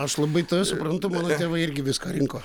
aš labai tave suprantu mano tėvai irgi viską rinko